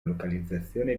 localizzazione